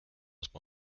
små